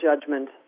judgment